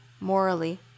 morally